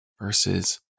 Versus